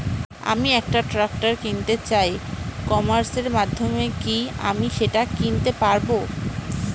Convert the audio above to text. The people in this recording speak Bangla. আমি একটা ট্রাক্টর কিনতে চাই ই কমার্সের মাধ্যমে কি আমি সেটা কিনতে পারব?